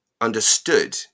understood